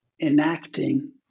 enacting